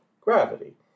gravity